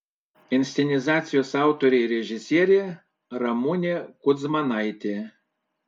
inscenizacijos autorė ir režisierė ramunė kudzmanaitė